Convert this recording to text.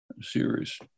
serious